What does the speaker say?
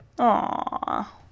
Aw